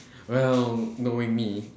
well knowing me